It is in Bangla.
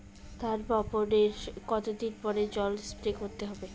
ধান বপনের কতদিন পরে জল স্প্রে করতে হবে?